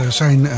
zijn